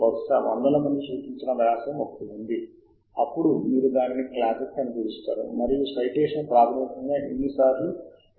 మీరు వాటిని మొదటి రచయిత పేరు సమావేశం ద్వారా కూడా తీసుకోవచ్చు శీర్షిక A నుండి Z లేదా Z నుండి A మరియు మీకు తెలుసా ఇటీవల వ్యాసాలు మొదలైనవి జోడించబడ్డాయి